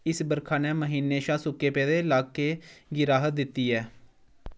इस बर्खा ने म्हीनें शा सुक्के पेदे ल्हाकें गी राह्त दित्ती ऐ